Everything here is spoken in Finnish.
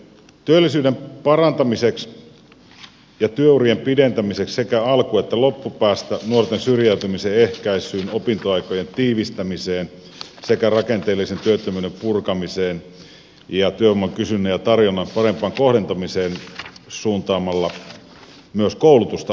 työllisyyden parantamiseen ja työurien pidentämiseen sekä alku että loppupäästä nuorten syrjäytymisen ehkäisyyn opintoaikojen tiivistämiseen sekä rakenteellisen työttömyyden purkamiseen ja työvoiman kysynnän ja tarjonnan parempaan kohdentamiseen päästään suuntaamalla myös koulutusta oikein